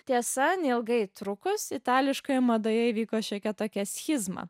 tiesa neilgai trukus itališkoje madoje įvyko šiokia tokia schizma